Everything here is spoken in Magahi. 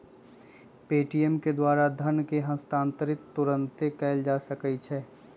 पे.टी.एम के द्वारा धन के हस्तांतरण तुरन्ते कएल जा सकैछइ